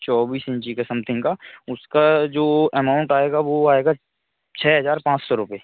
चौबीस इंची का समथिन्ग का उसका जो अमाउंट आएगा वह आएगा छः हज़ार पाँच सौ रुपये